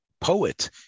poet